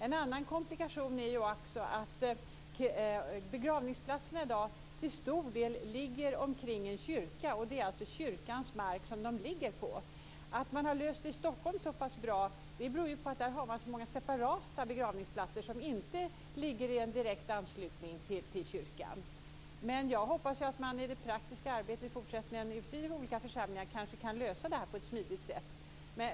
En annan komplikation är också att begravningsplatserna i dag till stor del ligger omkring en kyrka. De ligger alltså på kyrkans mark. Att man har löst problemet i Stockholm så pass bra beror ju på att man har så många separata begravningsplatser som inte ligger i direkt anslutning till kyrkan. Jag hoppas att de olika församlingarna i det praktiska arbetet i fortsättningen kan lösa detta på ett smidigt sätt.